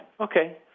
Okay